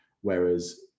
Whereas